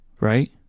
right